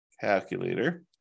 Calculator